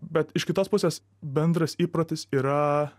bet iš kitos pusės bendras įprotis yra